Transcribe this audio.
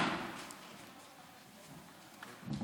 חבריי חברי הכנסת,